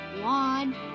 one